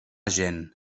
gent